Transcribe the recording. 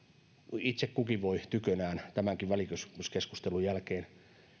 itse kukin voi tykönään tämänkin välikysymyskeskustelun jälkeen